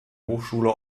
hochschule